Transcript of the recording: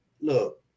Look